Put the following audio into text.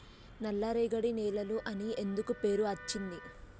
నల్లరేగడి నేలలు అని ఎందుకు పేరు అచ్చింది?